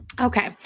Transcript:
Okay